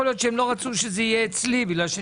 יכול להיות שהם לא רצו שזה יהיה אצלי,